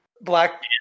Black